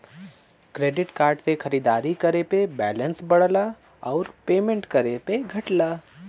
credit card से खरीदारी करे पे बैलेंस बढ़ला आउर पेमेंट करे पे घटला